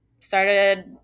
Started